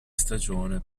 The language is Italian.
stagione